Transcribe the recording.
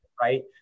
Right